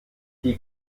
die